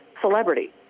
celebrity